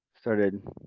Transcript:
started